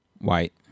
White